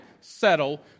settle